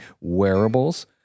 wearables